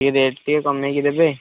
ଟିକିଏ ରେଟ୍ ଟିକେ କମେଇକି ଦେବେ